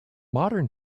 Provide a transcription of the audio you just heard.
modern